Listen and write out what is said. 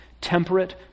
temperate